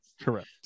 Correct